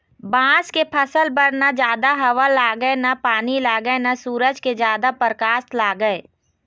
बांस के फसल बर न जादा हवा लागय न पानी लागय न सूरज के जादा परकास लागय